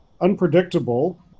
unpredictable